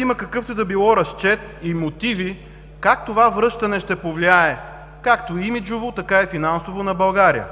има какъвто и да било разчет и мотиви как това връщане ще повлияе както имиджово, така и финансово на България.